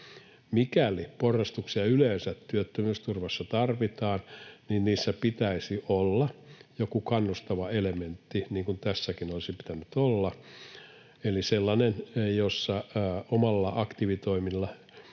Mikäli porrastuksia yleensä työttömyysturvassa tarvitaan, niin niissä pitäisi olla joku kannustava elementti, niin kuin tässäkin olisi pitänyt olla, eli sellainen, jossa omilla aktiivitoimilla